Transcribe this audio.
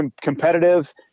competitive